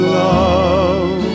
love